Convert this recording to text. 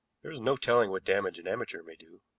there is no telling what damage an amateur may do.